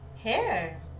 Hair